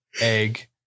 Egg